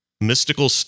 mystical